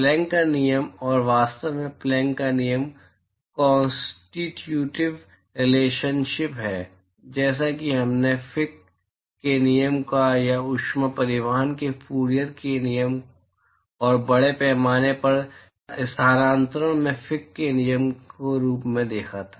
Planck का नियम और वास्तव में प्लैंक का नियम कॉंसिट्यूटिव रिलेशनशिप है जैसा कि हमने फिक के नियम या ऊष्मा परिवहन में फूरियर के नियम और बड़े पैमाने पर स्थानांतरण में फिक के नियम के रूप में देखा था